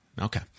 okay